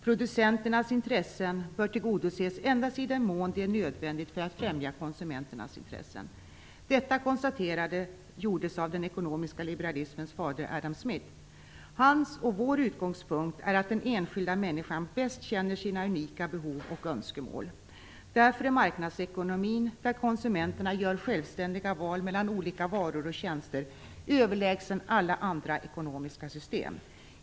Producenternas intressen bör tillgodoses endast i den mån det är nödvändigt för att främja konsumenternas intressen." Detta konstaterande gjordes av den ekonomiska liberalismens fader Adam Smith. Hans och vår utgångspunkt är att den enskilda människan bäst känner sina unika behov och önskemål. Därför är marknadsekonomin, där konsumenterna gör självständiga val mellan olika varor och tjänster, överlägsen alla andra ekonomiska system.